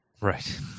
Right